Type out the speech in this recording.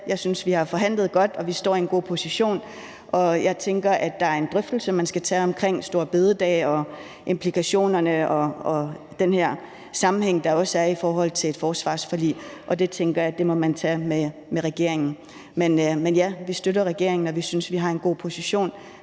jeg synes, vi har forhandlet godt, og vi står i en god position. Og jeg tænker, at der er en drøftelse, man skal tage omkring store bededag og implikationerne og den sammenhæng, der er i forhold til et forsvarsforlig. Og den tænker jeg man må tage med regeringen. Men ja, vi støtter regeringen, og vi synes, vi har en god position